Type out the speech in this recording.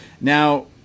Now